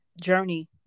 journey